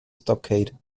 stockade